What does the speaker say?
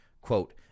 Quote